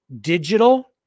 digital